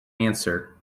answer